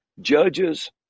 judges